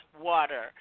water